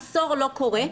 עשור שזה לא קורה,